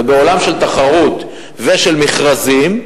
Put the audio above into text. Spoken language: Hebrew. ובעולם של תחרות ושל מכרזים,